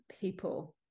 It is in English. people